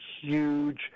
huge